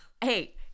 hey